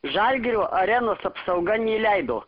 žalgirio arenos apsauga neįleido